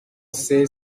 sei